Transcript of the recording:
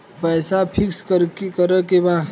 पैसा पिक्स करके बा?